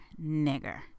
nigger